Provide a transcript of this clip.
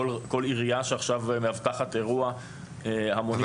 כל עירייה שעכשיו מאבטחת אירוע המוני,